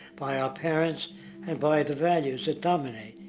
by our parents and by the values that dominate.